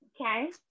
okay